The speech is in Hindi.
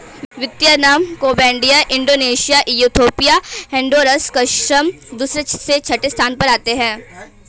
Vietnam Cambodia Indonesia Ethiopia Honduras क्रमशः दूसरे से छठे स्थान पर आते हैं